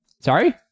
Sorry